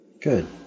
Good